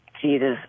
Jesus